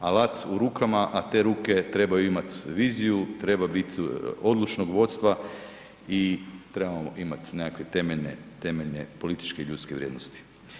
Alat u rukama, a te ruke trebaju imati viziju, treba biti odlučnog vodstva i trebamo imati nekakve temeljne političke ljudske vrijednosti.